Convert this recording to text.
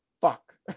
fuck